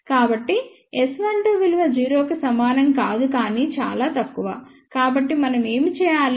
కాబట్టి S12 విలువ 0 కి సమానం కాదు కానీ చాలా తక్కువ కాబట్టి మనం ఏమి చేయాలి